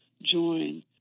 join